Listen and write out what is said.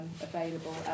available